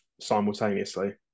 simultaneously